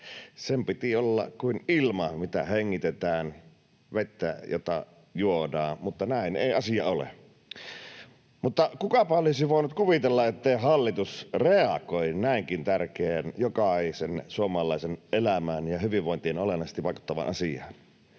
Sen piti olla kuin ilma, mitä hengitetään, ja vesi, jota juodaan, mutta näin ei asia ole. Kukapa olisi voinut kuvitella, ettei hallitus reagoi näinkin tärkeään, jokaisen suomalaisen elämään ja hyvinvointiin olennaisesti vaikuttavaan asiaan?